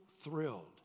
thrilled